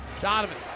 Donovan